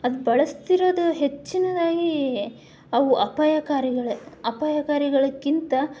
ಅದು ಬಳಸ್ತಿರೋದು ಹೆಚ್ಚಿನದಾಗಿ ಅವು ಅಪಾಯಕಾರಿಗಳೆ ಅಪಾಯಕಾರಿಗಳಿಗಿಂತ